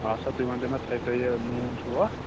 آ سا تُہۍ ؤنۍتو مےٚ تھٲوِتو یہِ نوٗن چھُوا